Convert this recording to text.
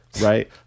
right